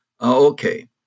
Okay